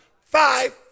five